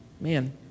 Man